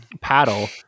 paddle